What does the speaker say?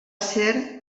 ser